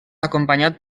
acompanyat